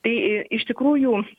tai iš tikrųjų